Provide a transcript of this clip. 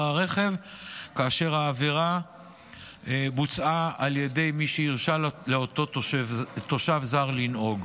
הרכב כאשר העבירה בוצעה על ידי מי שהרשה לאותו תושב זר לנהוג.